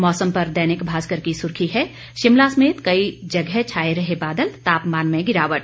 मौसम पर दैनिक भास्कर की सुर्खी है शिमला समेत कई जगह छाए रहे बादल तापमान में गिरावट